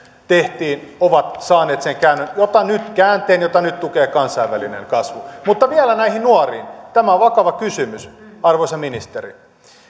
tehtiin ovat saaneet aikaan sen käänteen jota nyt tukee kansainvälinen kasvu mutta vielä näihin nuoriin tämä on vakava kysymys arvoisa ministeri